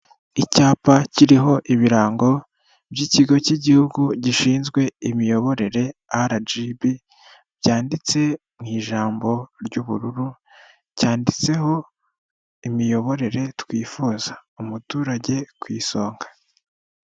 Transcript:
Icyapa kiriho ibirango by'ikigo cy'igihugu gishinzwe imiyoborere RGB byanditse mu ijambo ry'ubururu cyanditseho imiyoborere twifuza, umuturage ku isonga.